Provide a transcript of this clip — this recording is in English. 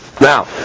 Now